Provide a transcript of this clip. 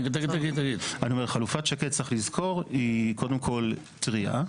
צריך לזכור, היא קודם כל טרייה.